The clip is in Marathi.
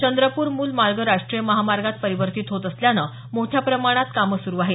चंद्रपूर मूल मार्ग राष्ट्रीय महामार्गत परिवर्तित होत असल्यानं मोठ्या प्रमाणात कामं सुरू आहेत